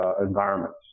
environments